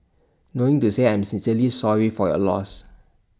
knowing to say I am sincerely sorry for your loss